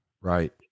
Right